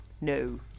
No